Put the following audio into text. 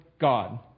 God